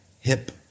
hip